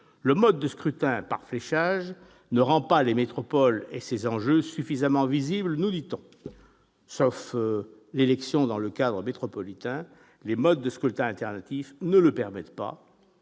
Le mode de scrutin par fléchage ne rend pas les métropoles et ses enjeux suffisamment visibles, nous dit-on. Sauf élection dans le cadre métropolitain, les modes de scrutin alternatifs ne le permettent pas